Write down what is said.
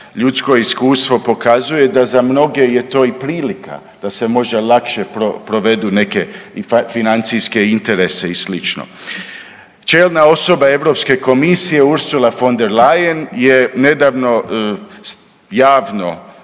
ljudsko iskustvo pokazuje da za mnoge je to i prilika da se možda lakše provedi neke financijske interese i slično. Čelna osoba Europske komisije Ursula von der Leyen je nedavno javno